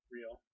Real